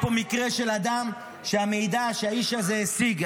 יש פה מקרה של אדם שהמידע שהאיש הזה השיג,